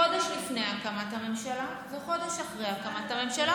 חודש לפני הקמת הממשלה וחודש אחרי הקמת הממשלה,